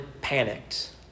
panicked